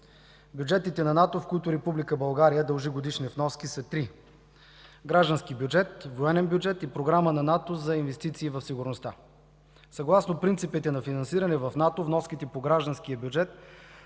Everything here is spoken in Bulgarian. Бюджетите на НАТО, в които Република България дължи годишни вноски, са три: граждански бюджет, военен бюджет и Програма на НАТО за инвестиции в сигурността. Съгласно принципите за финансиране в НАТО вноските по гражданския бюджет